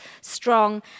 strong